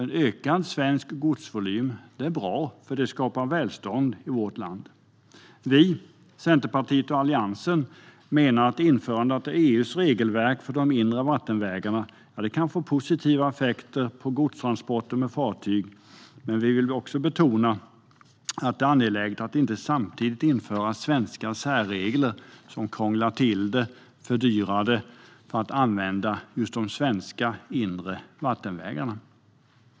En ökad svensk godsvolym är bra, för det skapar välstånd i vårt land. Centerpartiet och Alliansen menar att införandet av EU:s regelverk för de inre vattenvägarna kan få positiva effekter på godstransporter med fartyg. Men vi vill också betona att det är angeläget att det inte samtidigt införs svenska särregler som krånglar till det och fördyrar användningen av de svenska inre vattenvägarna.